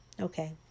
Okay